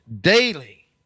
daily